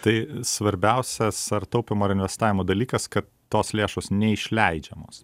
tai svarbiausias ar taupymo ar investavimo dalykas kad tos lėšos neišleidžiamos